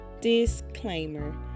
Disclaimer